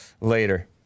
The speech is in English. later